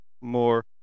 more